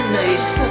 nice